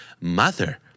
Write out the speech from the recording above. Mother